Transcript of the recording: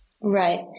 Right